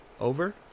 over